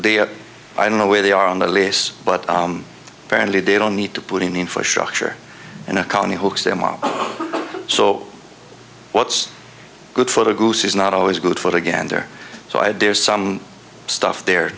they i don't know where they are on the lease but apparently they don't need to put in the infrastructure and economy hooks them up so what's good for the goose is not always good for the gander so i had there's some stuff there